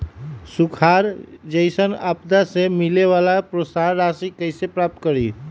सुखार जैसन आपदा से मिले वाला प्रोत्साहन राशि कईसे प्राप्त करी?